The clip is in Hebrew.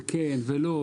וכן ולא,